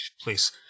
please